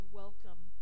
welcome